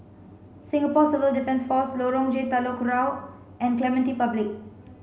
Singapore Civil Defence Force Lorong J Telok Kurau and Clementi Public